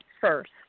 first